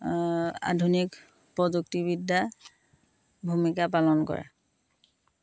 আধুনিক প্ৰযুক্তিবিদ্যা ভূমিকা পালন কৰে